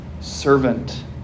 servant